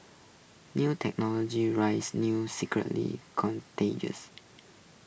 new technologies raise new security